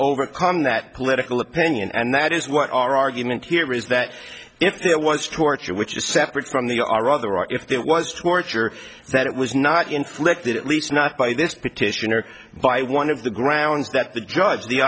overcome that political opinion and that is what our argument here is that if there was torture which is separate from the or rather right if that was torture that it was not inflicted at least not by this petition or by one of the grounds that the judge